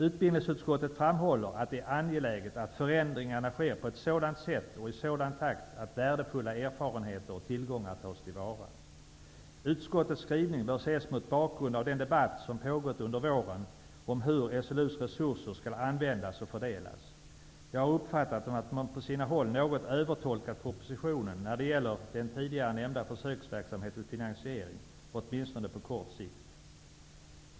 Utbildningsutskottet framhåller att det är angeläget att förändringarna sker på ett sådant sätt och i sådan takt att värdefulla erfarenheter och tillgångar tas till vara. Utskottets skrivning bör ses mot bakgrund av den debatt som pågått under våren om hur SLU:s resurser skall användas och fördelas. Jag har uppfattat det så att man på sina håll något övertolkat propositionen när det gäller försöksverksamhetens finansiering, åtminstone på kort sikt.